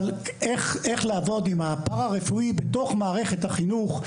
אבל איך לעבוד עם הפרא רפואי בתוך מערכת החינוך.